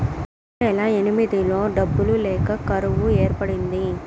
రెండువేల ఎనిమిదిలో డబ్బులు లేక కరువు ఏర్పడింది